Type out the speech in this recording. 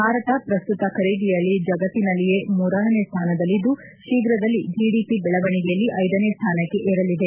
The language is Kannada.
ಭಾರತ ಪ್ರಸ್ತುತ ಖರೀದಿಯಲ್ಲಿ ಜಗತಿನಲ್ಲಿಯೇ ಮೂರನೇ ಸ್ವಾನದಲ್ಲಿದ್ದು ಶೀಘ್ರದಲ್ಲೇ ಜಿಡಿಪಿ ಬೆಳವಣಿಗೆಯಲ್ಲಿ ಐದನೇ ಸ್ಥಾನಕ್ಕೆ ಏರಲಿದೆ